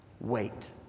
Wait